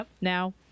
now